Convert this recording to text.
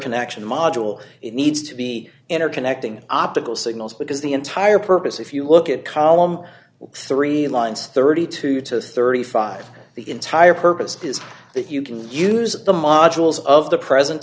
interconnection module it needs to be in or connecting optical signals because the entire purpose if you look at column three lines thirty two to thirty five the entire purpose is that you can use the modules of the present